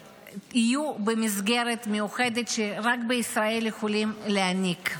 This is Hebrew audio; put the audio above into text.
במסגרת מיוחדת שרק בישראל יכולים להעניק.